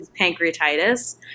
pancreatitis